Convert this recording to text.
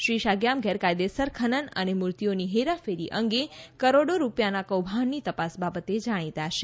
શ્રી સાગ્યામ ગેરકાયદેસર ખાણ અને મૂર્તિઓની હેરાફેરી અંગે કરોડો રૃપિયાના કૌભાંડની તપાસ બાબતે જાણીતા છે